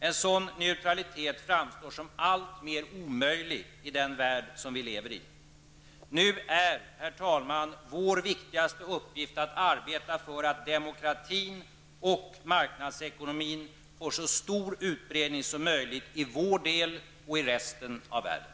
En sådan neutralitet framstår som alltmer omöjlig i den värld vi lever i. Nu är, herr talman, vår viktigaste uppgift att arbeta för att demokratin och marknadsekonomin får så stor utbredning som möjligt i vår del av världen och även i resten av världen.